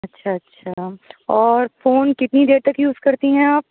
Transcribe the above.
اچھا اچھا اور فون کتنی دیر تک یوز کرتی ہیں آپ